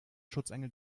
schutzengel